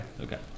Okay